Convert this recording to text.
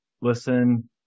listen